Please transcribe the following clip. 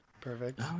Perfect